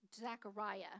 Zechariah